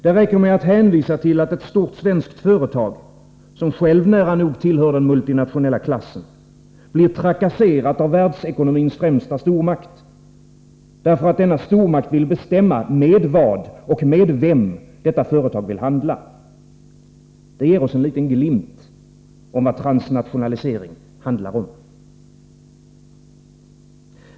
Det räcker med att hänvisa till att ett stort svenskt företag — som självt nära nog tillhör den multinationella klassen — blir trakasserat av världsekonomins främsta stormakt, därför att denna stormakt vill bestämma med vad och med vem detta företag skall handla. Det ger oss en liten glimt av vad transnationalisering handlar om.